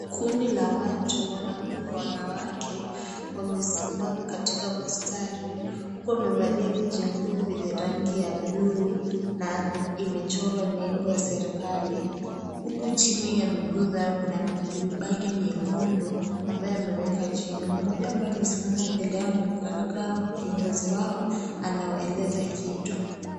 Kundi la watu wanaume kwa wanawake wamesimama katika mstari, huku wamevalia vijinguo yenye rangi ya blue na imechorwa lable ya serikali, huku chini ya miguu zao kuna mibagi mekundu ambae wameweka chini moja ambaye amesimama mbele anaonekana kama kiongozi wao anawaeleza kitu.